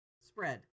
Spread